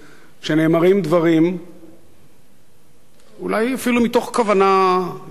שנאמרים דברים אולי אפילו מתוך כוונה יפה